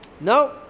No